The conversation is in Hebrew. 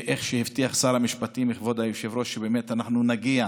איך שהבטיח שר המשפטים, כבוד היושב-ראש, שנגיע,